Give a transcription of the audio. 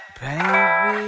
baby